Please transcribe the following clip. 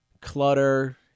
clutter